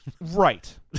Right